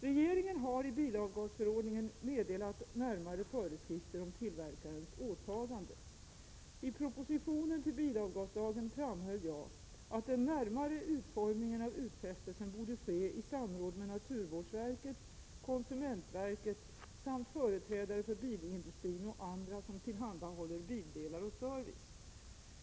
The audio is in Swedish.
Regeringen har i bilavgasförordningen meddelat närmare föreskrifter om tillverkarens åtagande. I propositionen angående bilavgaslagen framhöll jag att den närmare utformningen av utfästelsen borde ske i samråd mellan naturvårdsverket, konsumentverket samt företrädare för bilindustrin och andra som tillhandahåller bildelar och service.